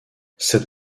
cette